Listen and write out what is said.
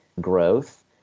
growth